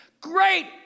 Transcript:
Great